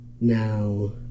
now